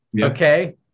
Okay